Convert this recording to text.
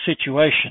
situation